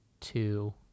two